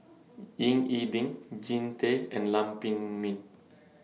Ying E Ding Jean Tay and Lam Pin Min